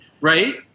right